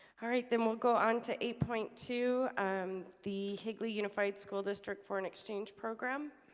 all right, then we'll go on to eight point two um the higley unified school district for an exchange program